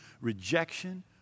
rejection